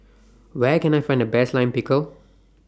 Where Can I Find The Best Lime Pickle